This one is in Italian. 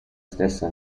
stessa